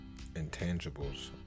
intangibles